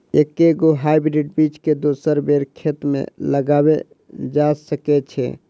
एके गो हाइब्रिड बीज केँ दोसर बेर खेत मे लगैल जा सकय छै?